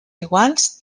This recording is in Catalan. iguals